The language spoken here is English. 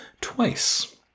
twice